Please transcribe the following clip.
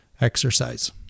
exercise